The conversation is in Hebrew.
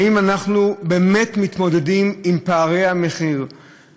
האם אנחנו באמת מתמודדים עם פערי המחירים,